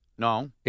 No